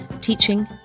teaching